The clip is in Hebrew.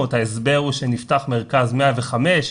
ההסבר הוא שנפתח מרכז 105,